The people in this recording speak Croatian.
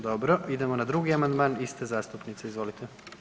Dobro, idemo na 2. amandman iste zastupnice, izvolite.